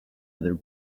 other